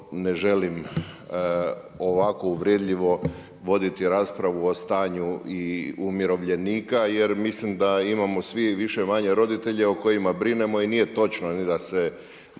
ne želim ovako uvredljivo voditi raspravu o stanju i umirovljenika, jer mislim da imamo svi više-manje roditelje o kojima brinemo i nije točno da se